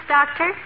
Doctor